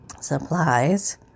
supplies